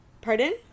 Pardon